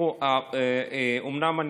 אומנם,